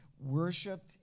worship